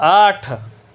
آٹھ